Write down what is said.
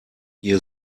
ihr